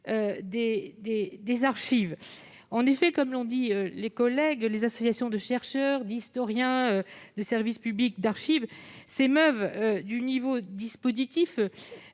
des archives publiques ! Comme l'ont affirmé mes collègues, les associations de chercheurs, d'historiens et les services publics d'archives s'émeuvent du nouveau dispositif